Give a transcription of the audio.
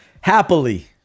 Happily